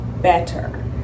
better